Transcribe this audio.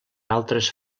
altres